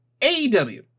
AEW